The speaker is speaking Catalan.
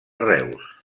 reus